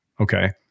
Okay